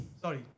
Sorry